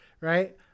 right